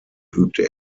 übte